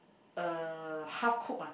uh half cooked ah